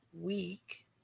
Week